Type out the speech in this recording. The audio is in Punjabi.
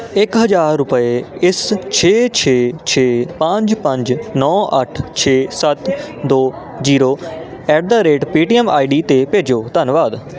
ਇੱਕ ਹਜ਼ਾਰ ਰੁਪਏ ਇਸ ਛੇ ਛੇ ਛੇ ਪੰਜ ਪੰਜ ਨੌਂ ਅੱਠ ਛੇ ਸੱਤ ਦੋ ਜ਼ੀਰੋ ਐਡ ਦਾ ਰੇਡ ਪੇਅਟੀਐੱਮ 'ਤੇ ਭੇਜੋ ਧੰਨਵਾਦ